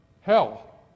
Hell